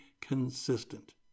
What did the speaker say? consistent